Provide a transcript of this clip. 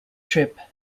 trip